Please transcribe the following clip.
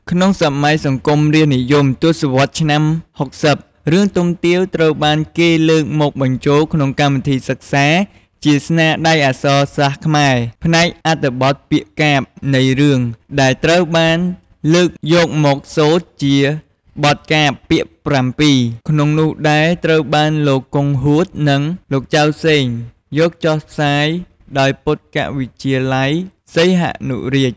ក្នុងសម័យសង្គមរាស្ត្រនិយម ទស្សវតន៍ឆ្នាំ៦០ រឿងទុំទាវ ត្រូវបានគេលើកមកបញ្ជូលក្នុងកម្មវិធីសិក្សា ជាស្នាដៃអក្សរសាស្ត្រខ្មែរ ផ្នែកអត្ថបទពាក្យកាព្យនៃរឿង ដែលត្រូវបានលើកយកមកសូត្រជាបទកាព្យ ពាក្យ៧ ក្នុងនោះដែលត្រូវបានលោក គង់ហួត និង លោកចាវ សេង យកចុះផ្សាយដោយពុទ្ធកវិទ្យាល័យសីហនុរាជ។